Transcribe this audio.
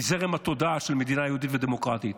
מזרם התודעה של מדינה יהודית ודמוקרטית,